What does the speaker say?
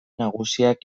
nagusiak